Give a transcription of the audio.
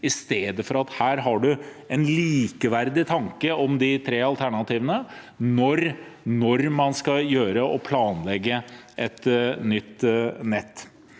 tid enn om man her har en likeverdig tanke om de tre alternativene når man skal planlegge et nytt nett.